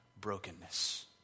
brokenness